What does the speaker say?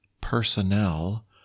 personnel